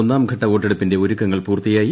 ഒന്നാംഘട്ട വോട്ടെടുപ്പിന്റെ ഒരുക്കങ്ങൾ പൂർത്തിയായി